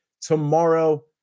tomorrow